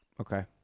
Okay